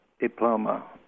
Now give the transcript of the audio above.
diploma